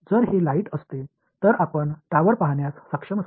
तर जर हे लाईट असते तर आपण टॉवर पाहण्यास सक्षम असता